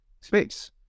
space